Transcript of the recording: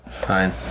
Fine